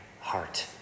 heart